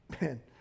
Man